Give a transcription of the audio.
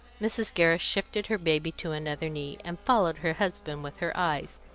mrs. gerrish shifted her baby to another knee, and followed her husband with her eyes,